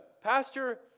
pastor